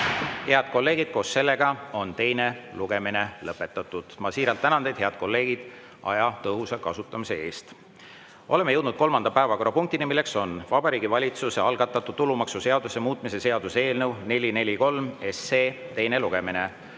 Head kolleegid, teine lugemine on lõpetatud. Ma siiralt tänan teid, head kolleegid, aja tõhusa kasutamise eest. Oleme jõudnud kolmanda päevakorrapunktini, mis on Vabariigi Valitsuse algatatud tulumaksuseaduse muutmise seaduse eelnõu 443 teine lugemine.